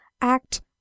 act